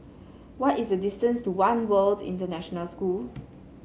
what is the distance to One World International School